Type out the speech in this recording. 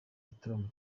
gitaramo